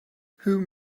whom